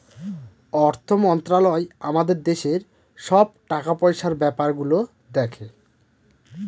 অর্থ মন্ত্রালয় আমাদের দেশের সব টাকা পয়সার ব্যাপার গুলো দেখে